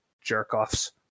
jerk-offs